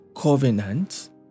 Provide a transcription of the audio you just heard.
covenant